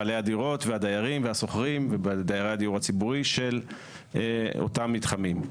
בעלי הדירות והדיירים והשוכרים ודיירי הדיור הציבורי של אותם מתחמים,